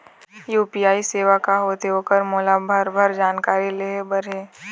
UPI सेवा का होथे ओकर मोला भरभर जानकारी लेहे बर हे?